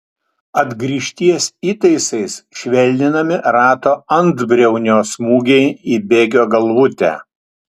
atgrįžties įtaisais švelninami rato antbriaunio smūgiai į bėgio galvutę